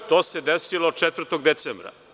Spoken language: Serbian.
To se desilo 4. decembra.